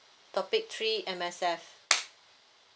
topic three M_S_F